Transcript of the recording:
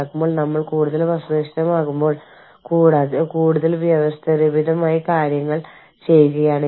ലോകമെമ്പാടുമുള്ള വിദേശ സബ്സിഡിയറികളിലെ ജീവനക്കാർക്ക് അവരെ ഉൾപ്പെടുത്തുന്ന വേരിയബിൾ കോമ്പൻസേഷൻ സ്കീമുകൾ വേണം